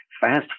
Fast